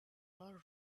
are